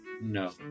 No